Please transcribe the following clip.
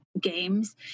games